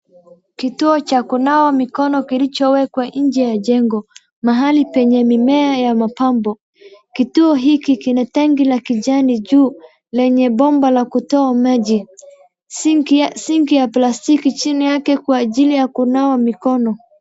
Kituo cha kunawa mikono kilichowekwa nje ya jengo. Mahali penye mimea yamepandwa. Kituo hiki kina tangi la kijano juu lenye bomba la kutoa maji. Sinki ya plastiki chini yake kwa ajili ya kunawa mikono.